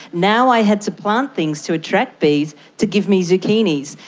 now i had to plant things to attract bees to give me zucchinis.